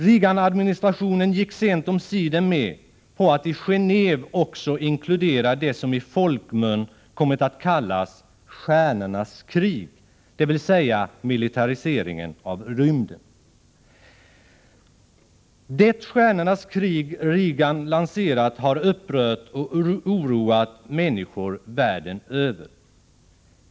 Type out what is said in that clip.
Reaganadministrationen gick sent om sider med på att i Genévesamtalen också inkludera det som i folkmun kommit att kallas Stjärnornas krig, dvs. militariseringen av rymden. Det Stjärnornas krig Reagan lanserat har upprört och oroat människor världen över.